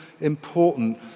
important